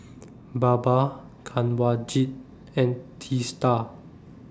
Baba Kanwaljit and Teesta